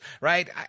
Right